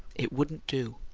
it wouldn't do.